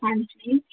ਹਾਂਜੀ